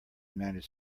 united